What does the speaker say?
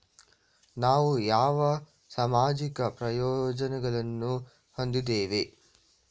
ನಾವು ಯಾವ ಸಾಮಾಜಿಕ ಪ್ರಯೋಜನಗಳನ್ನು ಹೊಂದಿದ್ದೇವೆ?